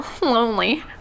lonely